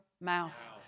mouth